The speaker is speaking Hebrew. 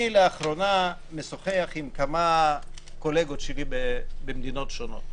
אני לאחרונה משוחח עם כמה קולגות שלי במדינות שונות.